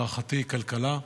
להערכתי כלכלה,